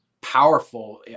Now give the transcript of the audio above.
powerful